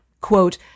quote